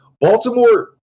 baltimore